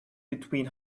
between